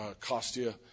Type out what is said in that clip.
Costia